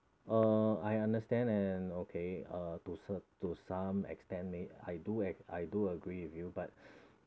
uh I understand and okay uh to some to some extent may I do ag~ I do agree with you but